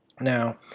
Now